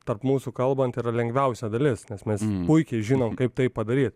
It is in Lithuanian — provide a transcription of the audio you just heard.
tarp mūsų kalbant yra lengviausia dalis nes mes puikiai žinom kaip tai padaryt